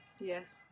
Yes